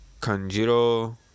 Kanjiro